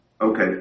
Okay